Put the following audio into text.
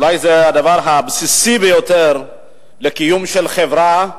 אולי זה הדבר הבסיסי ביותר לקיום של חברה,